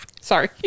Sorry